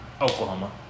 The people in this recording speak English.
Oklahoma